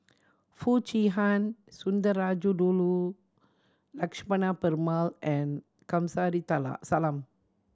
Foo Chee Han Sundarajulu Lakshmana Perumal and Kamsari Salam